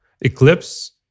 Eclipse